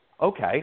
okay